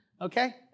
okay